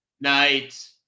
night